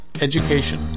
education